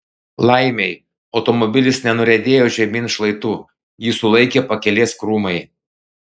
laimei automobilis nenuriedėjo žemyn šlaitu jį sulaikė pakelės krūmai